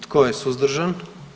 Tko je suzdržan?